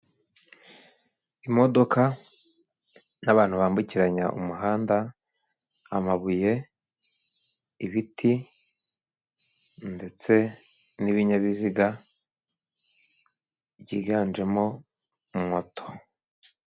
Imodoka n'abantu bambukiranya umuhanda, amabuye ibiti, ndetse n'ibinyabiziga byiganjemo moto.